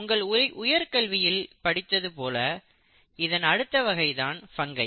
உங்கள் உயர்கல்வியில் படித்தது போல இதன் அடுத்த வகை தான் பங்கை